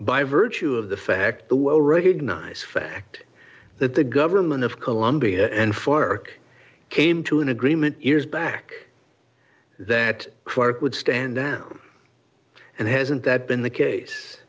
by virtue of the fact the well recognize fact that the government of colombia and fork came to an agreement years back that would stand down and hasn't that been the case